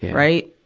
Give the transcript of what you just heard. right?